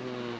mm